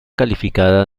calificada